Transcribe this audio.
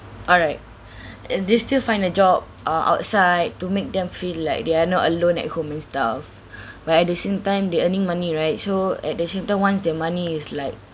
alright and they still find a job uh outside to make them feel like they are not alone at home and stuff but at the same time they earning money right so at the same time once they have money is like